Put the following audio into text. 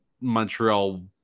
Montreal